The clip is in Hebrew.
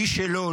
מי שלא,